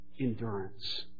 endurance